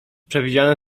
przewidziane